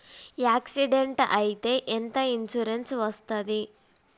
Accident అయితే ఎంత insurance వస్తది?